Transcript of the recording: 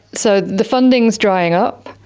so the funding is drying up,